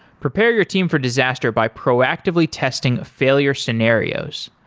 prepare your team for disaster by proactively testing failure scenarios.